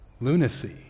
lunacy